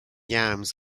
yams